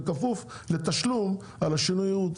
בכפוף לתשלום על השינוי ייעוד.